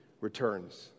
returns